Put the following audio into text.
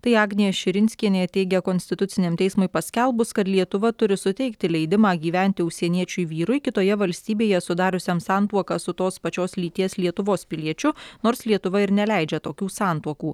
tai agnė širinskienė teigia konstituciniam teismui paskelbus kad lietuva turi suteikti leidimą gyventi užsieniečiui vyrui kitoje valstybėje sudariusiam santuoką su tos pačios lyties lietuvos piliečiu nors lietuva ir neleidžia tokių santuokų